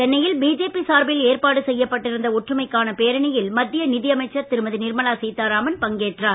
சென்னையில் பிஜேபி சார்பில் ஏற்பாடு செய்யப்பட்டிருந்த ஒற்றுமைக்கான பேரணியில் மத்திய நிதியமைச்சர் திருமதி நிர்மலா சீதாராமன் பங்கேற்றார்